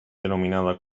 denominada